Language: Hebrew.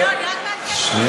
לא, אני רק מעדכנת, דקה.